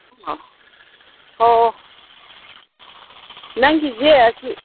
ꯑꯥ ꯍꯣ ꯍꯣ ꯅꯪꯒꯤꯁꯦ ꯑꯁꯤ